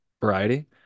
variety